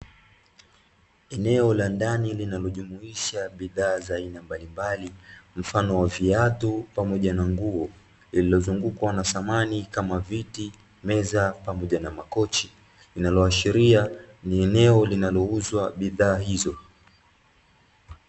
Eneo la ndani linalojumuisha bidhaa za aina mbalimbali, mfano wa viatu pamoja na nguo, lililozungukwa na samani kama viti, meza pamoja na makochi. Linaloashiria ni eneo linalouzwa bidhaa hizo.